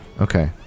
Okay